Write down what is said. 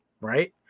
right